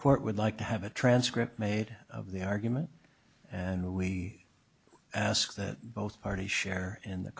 court would like to have a transcript made of the argument and we ask that both parties share in the